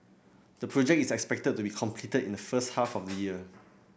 the project is expected to be completed in the first half of this year